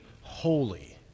holy